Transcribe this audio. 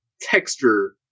texture